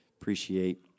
appreciate